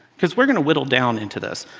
because we're going to whittle down into this.